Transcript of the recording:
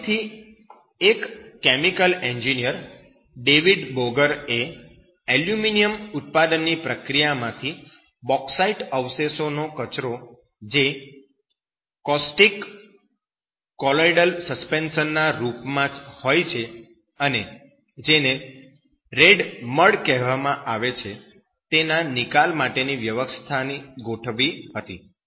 પછીથી એક chemical engineer David Boger એ એલ્યુમિનિયમ ઉત્પાદન પ્રક્રિયામાંથી બોક્સાઈટ અવશેષો નો કચરો જે કોસ્ટિક કોલોઈડલ સસ્પેન્શન ના રૂપમાં હોય છે અને જેને 'રેડ મડ' કહેવામાં આવે છે તેના નિકાલ માટેની વ્યવસ્થા ગોઠવી હતી